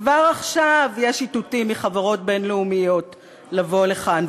כבר עכשיו יש איתותים מחברות בין-לאומיות לבוא לכאן,